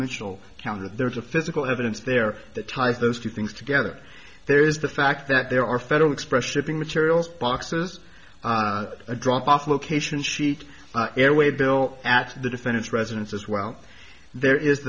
counter there's a physical evidence there that ties those two things together there is the fact that there are federal express shipping materials boxes a drop off location sheet airwave bill at the defendant's residence as well there is